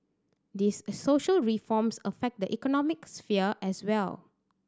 these social reforms affect the economic sphere as well